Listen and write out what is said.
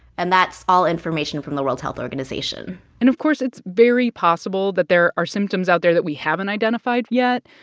and that's all information from the world health organization and, of course, it's very possible that there are symptoms out there that we haven't identified yet.